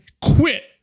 quit